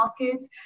markets